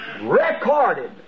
recorded